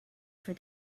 for